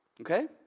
Okay